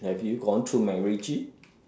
have you gone to Macritchie